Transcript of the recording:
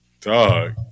dog